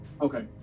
Okay